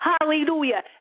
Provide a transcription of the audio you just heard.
Hallelujah